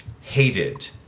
hated